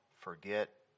forget